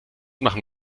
machen